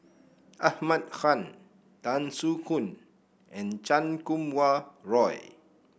Ahmad Khan Tan Soo Khoon and Chan Kum Wah Roy